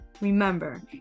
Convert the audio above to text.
Remember